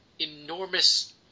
enormous